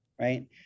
right